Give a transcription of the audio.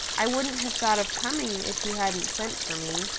i wouldn't have thought of coming if you hadn't sent for me.